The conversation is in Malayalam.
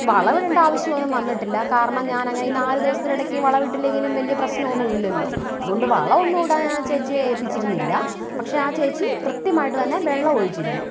വളമിടെണ്ട ആവശ്യം ഒന്നും വന്നിട്ടില്ല കാരണം ഞാൻ അങ്ങനെ ഈ നാല് ദിവസത്തിനിടക്ക് വളമിട്ടില്ലെങ്കിലും വലിയ പ്രശ്നം ഒന്നും ഇല്ലല്ലോ അതുകൊണ്ടു വളമൊന്നും ഇടാൻ ഞാൻ ആ ചേച്ചിയെ ഏൽപ്പിച്ചിരുന്നില്ല പക്ഷേ ആ ചേച്ചി കൃത്യമായിട്ട് തന്നെ വെള്ളമൊഴിച്ചിരുന്നു